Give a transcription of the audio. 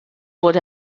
wurde